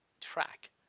track